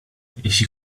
jeśli